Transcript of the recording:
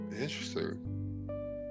Interesting